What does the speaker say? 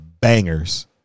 bangers